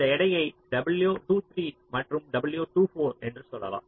இந்த எடையை W23 மற்றும் W24 என்று சொல்லலாம்